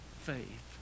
faith